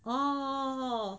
oh